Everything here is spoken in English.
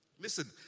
Listen